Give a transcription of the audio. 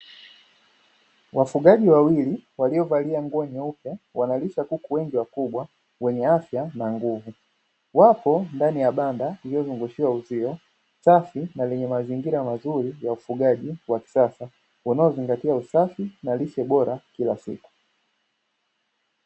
Wafugaji wawili waliovalia nguo nyeupe wanalisha kuku wengi wakubwa wenye afya na nguvu, wapo ndani ya bando lililozungushiwa na uzio, safi na lenye mazingira mazuri ya ufugaji wa kisasa unaozingatia usafi na lishe bora kila siku.